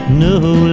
no